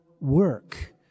work